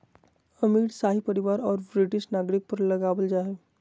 अमीर, शाही परिवार औरो ब्रिटिश नागरिक पर लगाबल जा हइ